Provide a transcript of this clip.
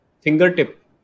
fingertip